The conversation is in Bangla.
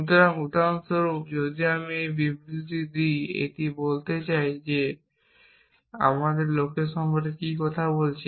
সুতরাং উদাহরণস্বরূপ যদি আমি একটি বিবৃতি দিই a এটি বলতে দেয় না যে আমরা লোকদের সম্পর্কে কথা বলছি